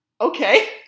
Okay